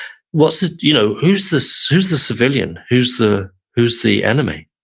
what's the, you know, who's the so who's the civilian, who's the who's the enemy,